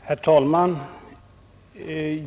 Herr talman!